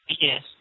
Yes